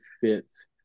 fits